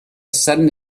sudden